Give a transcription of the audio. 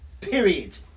Period